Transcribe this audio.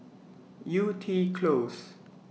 Yew Tee Close